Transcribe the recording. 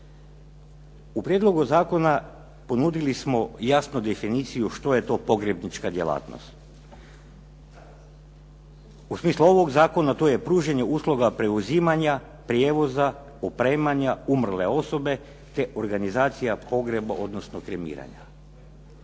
U prijedlogu zakona ponudili smo jasno definiciju što je to pogrebnička djelatnost. U smislu ovog zakona to je pružanje usluga preuzimanja, prijevoza, opremanja umrle osobe te organizacija pogreba, odnosno kremiranja.